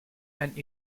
and